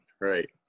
right